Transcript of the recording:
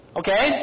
okay